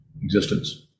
existence